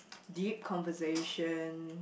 deep conversation